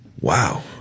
Wow